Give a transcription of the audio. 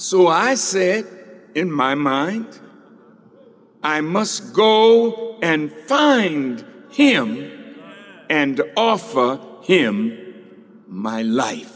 so i said in my mind i must go and find him and offer him my life